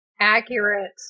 accurate